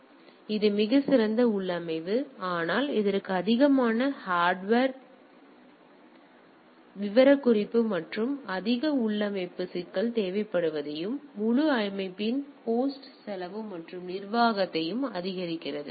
எனவே இது மிகச் சிறந்த உள்ளமைவு ஆனால் இதற்கு அதிகமான ஹார்ட்வேர் விவரக்குறிப்பு மற்றும் அதிக உள்ளமைவு சிக்கல்கள் தேவைப்படுவதையும் முழு அமைப்பின் ஹோஸ்ட் செலவு மற்றும் நிர்வாகத்தையும் அதிகரிக்கிறது